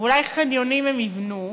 ואולי חניונים הם יבנו,